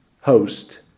host